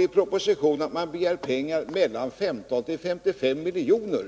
I propositionen står det att man begär 15-55 miljoner.